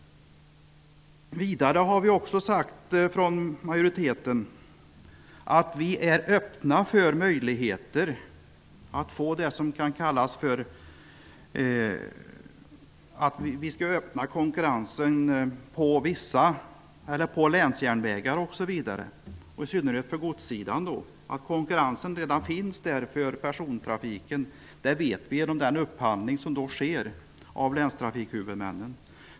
Vidare har vi sagt från majoriteten att vi är beredda att öppna för konkurrens på länsjärnvägar osv., i synnerhet på godssidan. Att konkurrensen redan finns för persontrafiken vet vi genom den upphandling som sker av länstrafikhuvudmännen.